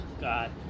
God